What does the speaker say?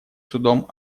судом